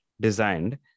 designed